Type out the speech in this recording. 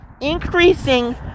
increasing